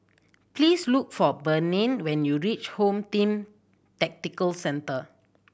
please look for Breanne when you reach Home Team Tactical Centre